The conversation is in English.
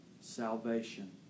salvation